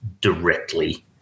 directly